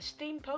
steampunk